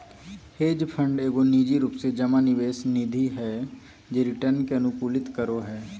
hedge fund एगो निजी रूप से जमा निवेश निधि हय जे रिटर्न के अनुकूलित करो हय